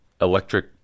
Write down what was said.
electric